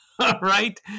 right